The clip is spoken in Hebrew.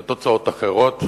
לתוצאות אחרות.